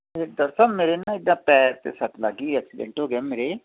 doctor ਸਾਹਿਬ ਮੇਰੇ ਨਾ ਇੱਦਾਂ ਪੈਰ 'ਤੇ ਸੱਟ ਲੱਗ ਗਈ ਹੈ ਐਕਸੀਡੈਂਟ ਹੋ ਗਿਆ ਮੇਰੇ